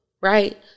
right